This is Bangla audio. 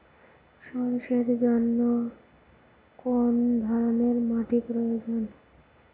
সরষের জন্য কোন ধরনের মাটির প্রয়োজন?